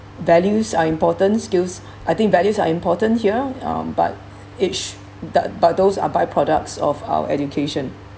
values are important skills I think values are important here um but each but but those are by-products of our education